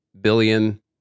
billion